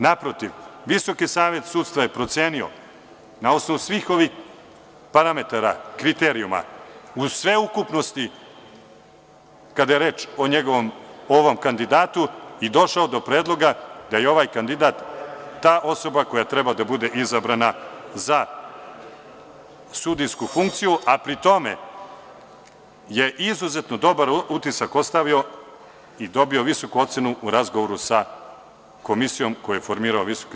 Naprotiv VSS je procenio na osnovu svih ovih parametara, kriterijuma, uz sveukupnosti, kada je reč o ovom kandidatu i došao do predloga da je ovaj kandidat ta osoba koja treba da bude izabrana za sudijsku funkciju, a pri tome je izuzetno dobar utisak ostavio o dobio visoku ocenu u razgovoru sa komisijom koju je formirao VSS.